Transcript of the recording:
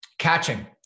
Catching